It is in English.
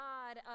God